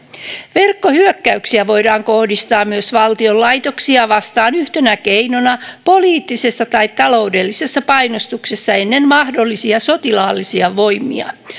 verkkohyökkäyksiä voidaan kohdistaa myös valtion laitoksia vastaan yhtenä keinona poliittisessa tai taloudellisessa painostuksessa ennen mahdollisia sotilaallisia voimia